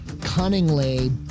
cunningly